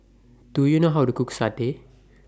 Do YOU know How to Cook Satay